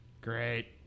Great